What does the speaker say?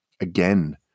again